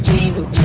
Jesus